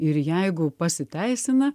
ir jeigu pasiteisina